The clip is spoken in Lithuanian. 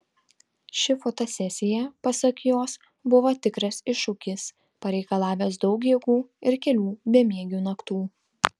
ši fotosesija pasak jos buvo tikras iššūkis pareikalavęs daug jėgų ir kelių bemiegių naktų